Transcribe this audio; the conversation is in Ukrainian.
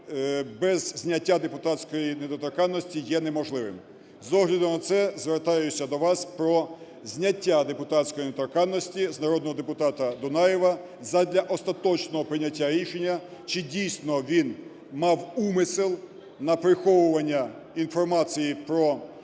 без зняття депутатської недоторканності є неможливим. З огляду на це, звертаюсь до вас про зняття депутатської недоторканності з народного депутата Дунаєва задля остаточного прийняття рішення, чи дійсно він мав умисел на приховування інформації про…